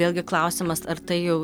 vėlgi klausimas ar tai jau